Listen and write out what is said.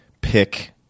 pick